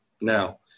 Now